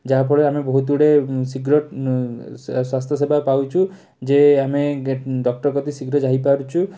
ଯାହାଫଳରେ ଆମେ ବହୁତ ଗୁଡ଼ିଏ ଶୀଘ୍ର ସ୍ୱାସ୍ଥ୍ୟସେବା ପାଉଛୁ ଯେ ଆମେ ଡକ୍ଟର କତିକି ଶୀଘ୍ର ଯାଇପାରୁଛୁ